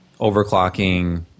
overclocking